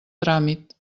tràmit